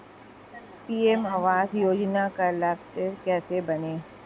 PM आवास योजना का लाभर्ती कैसे बनें?